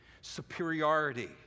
superiority